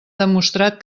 demostrat